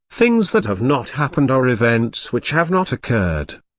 things that have not happened are events which have not occurred.